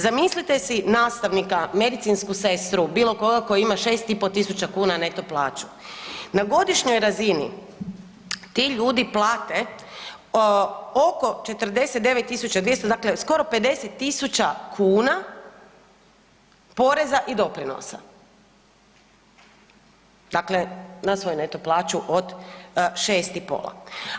Zamislite si nastavnika, medicinsku sestru bilo koga ko ima 6,5 tisuća kuna neto plaću, na godišnjoj razini ti ljudi plate oko 49.200 dakle skoro 50.000 kuna poreza i doprinosa, dakle na svoju neto plaću od 6,5.